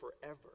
forever